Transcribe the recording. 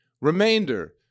remainder